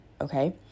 okay